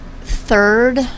third